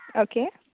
okay